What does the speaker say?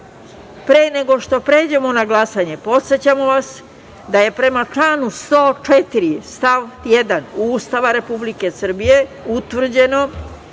nego što pređemo na glasanje, podsećam vas da je prema članu 104. stav 1. Ustava Republike Srbije, utvrđeno